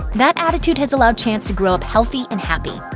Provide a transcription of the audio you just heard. that attitude has allowed chance to grow up healthy and happy.